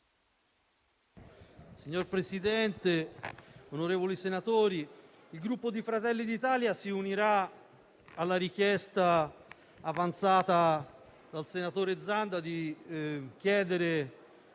Signor Presidente, onorevoli senatori, il Gruppo Fratelli d'Italia si unirà alla richiesta avanzata dal senatore Zanda atta a far